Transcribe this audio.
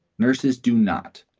nurses do not.